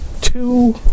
two